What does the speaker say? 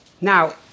Now